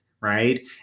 right